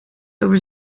over